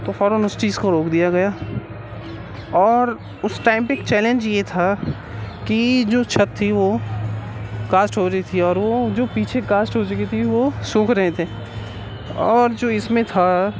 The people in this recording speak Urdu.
تو فوراً اس چیز کو روک دیا گیا اور اس ٹائم پہ چیلنج یہ تھا کہ جو چھت تھی وہ کاسٹ ہو رہی تھی اور وہ جو پیچھے کاسٹ ہو چکی تھی وہ سوکھ رہے تھے اور جو اس میں تھا